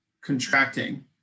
contracting